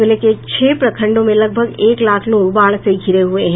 जिले के छह प्रखंडों में लगभग एक लाख लोग बाढ़ से घिरे हुए हैं